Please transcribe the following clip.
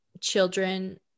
children